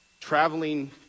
traveling